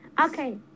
Okay